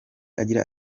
agira